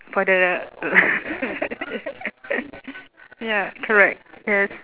but the ya correct yes